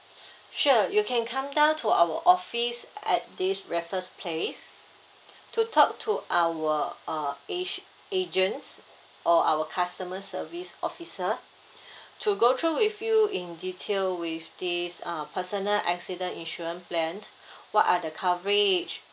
sure you can come down to our office at this raffles place to talk to our uh age~ agents or our customer service officer to go through with you in detail with this uh personal accident insurance plan what are the coverage